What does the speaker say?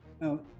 Now